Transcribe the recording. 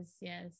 yes